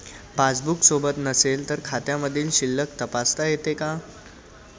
Passbook सोबत नसेल तर खात्यामधील शिल्लक तपासता येते का?